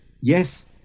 Yes